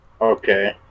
Okay